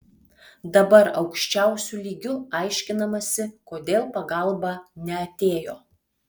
dabar aukščiausiu lygiu aiškinamasi kodėl pagalba neatėjo